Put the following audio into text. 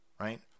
Right